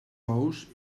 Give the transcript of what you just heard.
ous